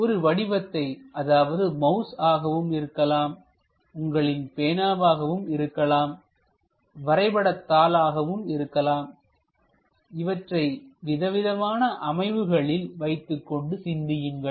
ஒரு வடிவத்தை அதாவது மவுஸ் ஆகவும் இருக்கலாம் உங்களின் பேனாவாகவும் இருக்கலாம்வரைபடத்தாள் ஆக இருக்கலாம் இவற்றை விதவிதமான அமைவுகளில் வைத்துக்கொண்டு சிந்தியுங்கள்